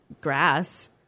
grass –